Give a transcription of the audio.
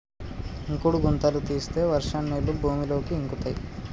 ఇంకుడు గుంతలు తీస్తే వర్షం నీళ్లు భూమిలోకి ఇంకుతయ్